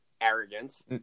arrogance